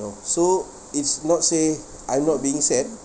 know so it's not say I'm not being sad